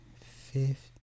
Fifth